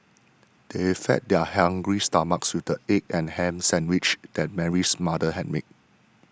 they fed their hungry stomachs with the egg and ham sandwiches that Mary's mother had made